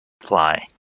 fly